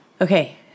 Okay